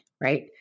Right